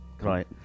Right